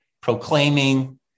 proclaiming